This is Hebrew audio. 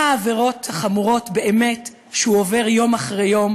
העבירות החמורות באמת שהוא עובר יום אחרי יום,